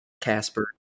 Casper